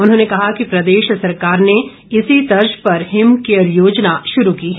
उन्होंने कहा कि प्रदेश सरकार ने इसी तर्ज पर हिम केयर योजना शुरू की है